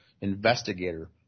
investigator